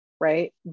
Right